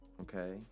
okay